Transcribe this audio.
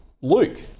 Luke